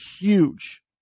huge